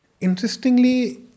Interestingly